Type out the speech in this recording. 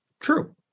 True